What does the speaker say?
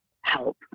help